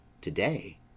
to-day